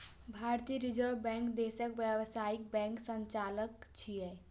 भारतीय reserve bank देशक व्यावसायिक बैंकक संचालक छियै